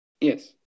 Yes